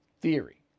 theory